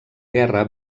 guerra